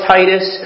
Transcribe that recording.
Titus